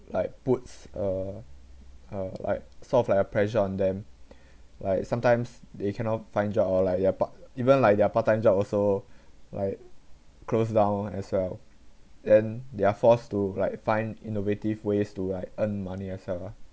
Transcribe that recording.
like puts uh uh like sort of like a pressure on them like sometimes they cannot find job or like their par~ even like their part time job also like closed down as well then they're forced to like find innovative ways to like earn money as well lah